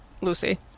Lucy